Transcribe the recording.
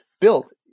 built